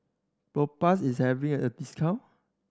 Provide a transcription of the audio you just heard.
Propass is having a discount